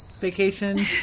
vacation